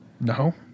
No